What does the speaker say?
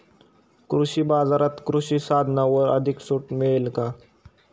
कृषी बाजारात कृषी साधनांवर अधिक सूट मिळेल का?